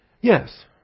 Yes